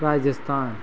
Rajasthan